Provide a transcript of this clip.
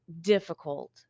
difficult